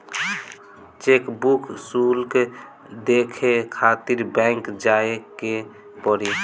chequebook शुल्क देखे खातिर बैंक जाए के पड़ी